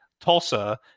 Tulsa